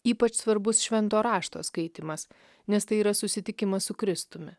ypač svarbus švento rašto skaitymas nes tai yra susitikimas su kristumi